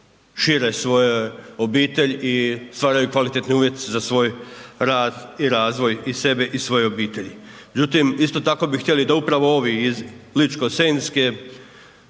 šire svoju obitelj i stvaraju kvalitetne uvjete za svoj rad i razvoj i sebe i svoje obitelji.